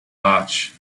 large